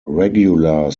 regular